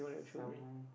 some